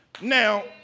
now